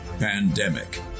Pandemic